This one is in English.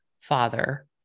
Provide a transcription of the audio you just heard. father